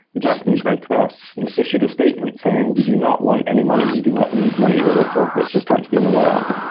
the japanese red cross issued a statement saying, we do not want any money. we do not want money. we're the fourth richest country in the world.